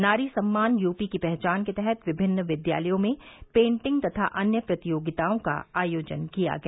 नारी सम्मान यूपी की पहचान के तहत विभिन्न विद्यालयों में पेंटिंग तथा अन्य प्रतियोगिताओं का आयोजन किया गया